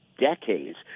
decades